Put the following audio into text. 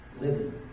living